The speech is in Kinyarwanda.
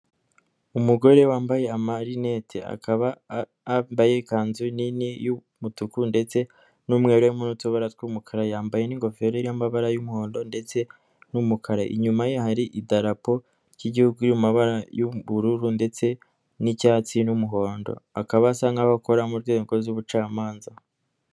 Umugore wambaye amarinete aka yabambaye ikanzu nini y'umutuku ndetse n'umweru, umukara yambaye n'ingofero y'amabara y'umuhondo ndetse n'umukara, inyuma ye hari idarapo ry'igihugu iri mu mabara y'ubururu ndetse n'icyatsi n'umuhondo, bakaba basa nk'abakora mu nzego z'ubucamanza.